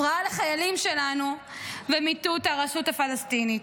הפרעה לחיילים שלנו ומיטוט הרשות הפלסטינית.